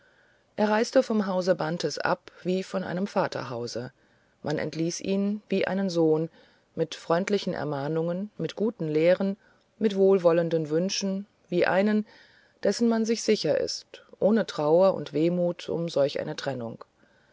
er reiste vom hause bantes ab wie von einem vaterhause man entließ ihn wie einen sohn mit freundlichen ermahnungen mit guten lehren mit wohlwollenden wünschen wie einen dessen man sicher ist ohne trauer und wehmut um solch eine trennung